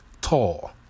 tall